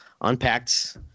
unpacked